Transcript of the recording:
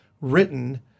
written